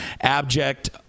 Abject